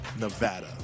nevada